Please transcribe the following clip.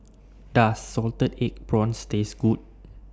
Does Salted Egg Prawns Taste Good